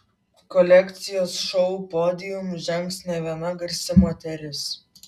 kolekcijos šou podiumu žengs ne viena garsi moteris